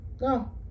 No